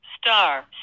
star